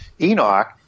Enoch